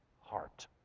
heart